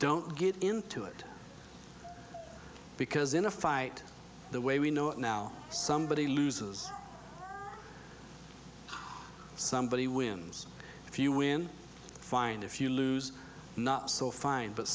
don't get into it because in a fight the way we know it now somebody loses somebody wins if you win fined if you lose not so fine but